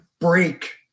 break